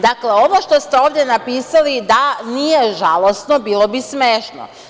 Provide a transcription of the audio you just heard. Dakle, ovo što ste ovde napisali, da nije žalosno, bilo bi smešno.